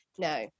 No